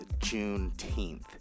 Juneteenth